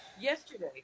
Yesterday